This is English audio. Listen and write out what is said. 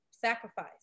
sacrifice